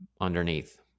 underneath